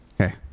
okay